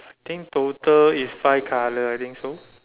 I think total is five colour I think so